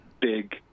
big